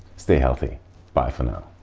stay healthy bye for now.